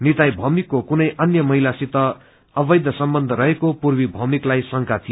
निताई भौमिकको कुनै अन्य महिलासित अवैध सम्वन्ध रहेको पूर्वी भौमिकताई शंका थियो